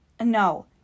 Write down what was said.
no